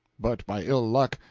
but by ill-luck,